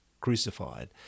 crucified